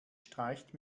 streicht